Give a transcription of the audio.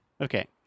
Okay